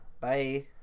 Bye